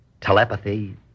telepathy